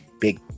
big